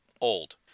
old